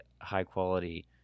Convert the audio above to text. high-quality